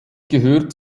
gehört